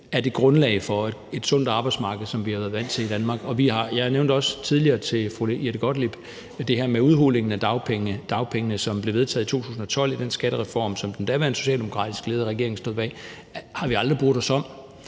er grundlaget for et sundt arbejdsmarked, sådan som vi har været vant til det i Danmark. Jeg nævnte også tidligere over for fru Jette Gottlieb, at det her med udhulingen af dagpengene, som blev vedtaget i 2012 i den skattereform, som den daværende socialdemokratisk ledede regering stod bag, har vi aldrig brudt os om.